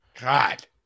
God